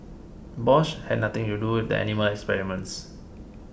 Bosch had nothing to do with the animal experiments